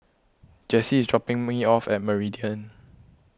Jessie is dropping me off at Meridian